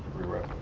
we rep